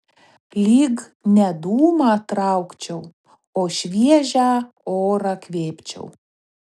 lyg ne dūmą traukčiau o šviežią orą kvėpčiau